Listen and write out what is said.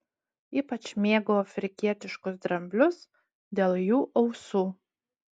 ypač mėgau afrikietiškus dramblius dėl jų ausų